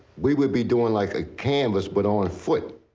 we would be doing, like, a canvas, but on foot.